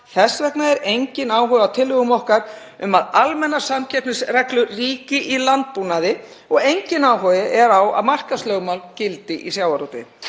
Þess vegna er enginn áhugi á tillögum okkar um að almennar samkeppnisreglur ríki í landbúnaði og enginn áhugi er á að markaðslögmál gildi í sjávarútvegi.